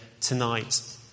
tonight